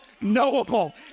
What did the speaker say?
knowable